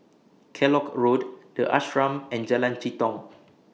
Kellock Road The Ashram and Jalan Jitong